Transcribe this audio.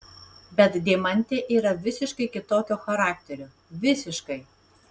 bet deimantė yra visiškai kitokio charakterio visiškai